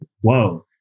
whoa